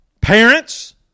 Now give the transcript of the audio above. parents